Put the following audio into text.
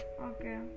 Okay